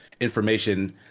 information